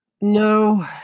No